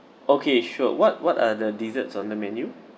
okay sure what what are the desserts on the menu